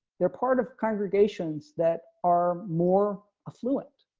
they're part of congregations that are more fluent.